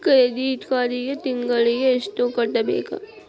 credit ಕಾರ್ಡಿಗಿ ತಿಂಗಳಿಗಿ ಎಷ್ಟ ಕಟ್ಟಬೇಕ